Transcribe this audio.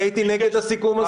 אני הייתי נגד הסיכום הזה.